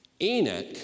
Enoch